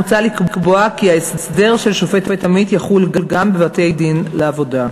מוצע לקבוע כי ההסדר של שופט עמית יחול גם בבתי-דין לעבודה.